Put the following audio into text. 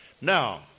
Now